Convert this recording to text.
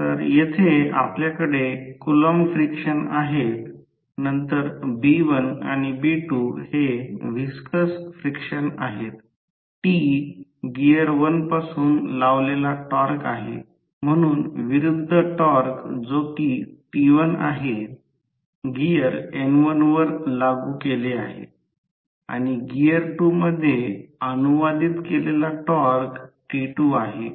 तर येथे आपल्याकडे कुलॉंम फ्रिक्शन आहेत नंतर B1 आणि B2 हे व्हिस्कस फ्रिक्शन आहेत T गिअर 1 पासून लावलेला टॉर्क आहे म्हणून विरुद्ध टॉर्क जो कि T1 आहे गिअर N1 वर लागू केले आहे आणि गिअर 2 मध्ये अनुवादित केलेला टॉर्क T2 आहे